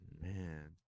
Man